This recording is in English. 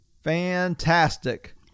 Fantastic